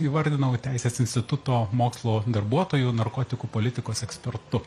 įvardinau teisės instituto mokslo darbuotoju narkotikų politikos ekspertu